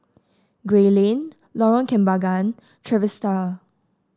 Gray Lane Lorong Kembagan Trevista